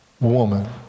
woman